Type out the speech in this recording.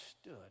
stood